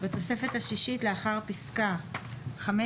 בתוספת השישית לאחר פסקה (15)